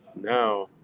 now